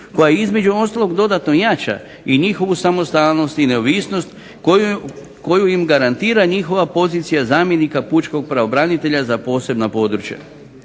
koja između ostalog dodatno jača i njihovu samostalnost i neovisnost koju im garantira njihova pozicija zamjenika pučkog pravobranitelja za posebna područja.